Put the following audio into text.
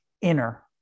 inner